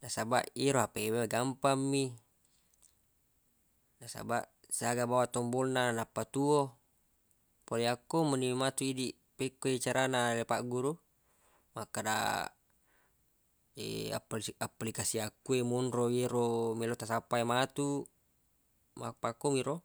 nasabaq yero hape we magampammi nasabaq siaga bawang tombol na nappa tuwo pole akko meni matu idi pekkoi cara na le pagguru makkada aplikas- aplikasi appakkuwe monro yero melo ta sappa matu mappakkomiro.